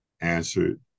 answered